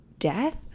death